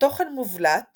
התוכן מובלט